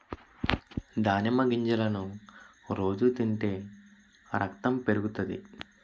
దానిమ్మ గింజలను రోజు తింటే రకతం పెరుగుతాది